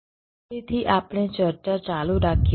તેથી આપણે આપણી ચર્ચા ચાલુ રાખીએ